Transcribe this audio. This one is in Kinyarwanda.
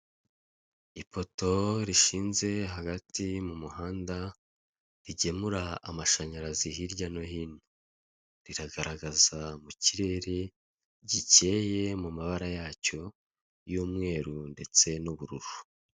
Ipoto rishinze hagati mu muganda rigemura amashanyarazi hirya no hino riragaragaza mu kirere gikeye mu mabara yacyo y'umweru ndetse n'ubururu.